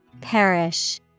Perish